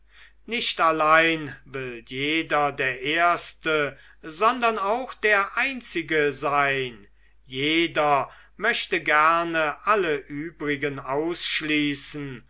nicht allein will jeder der erste sondern auch der einzige sein jeder möchte gern alle übrigen ausschließen